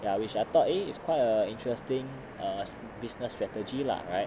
then I wish I thought it is quite a interesting err business strategy lah right